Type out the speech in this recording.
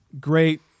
Great